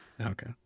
Okay